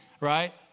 right